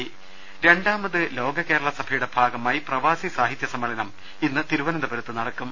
്്്്്് രണ്ടാമത് ലോക കേരള സഭയുടെ ഭാഗമായി പ്രവാസി സാഹിത്യ സമ്മേ ളനം ഇന്ന് തിരുവനന്തപുരത്ത് നടക്കും